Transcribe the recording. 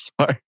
Sorry